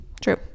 True